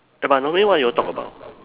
eh but normally what you all talk about